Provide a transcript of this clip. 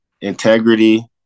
integrity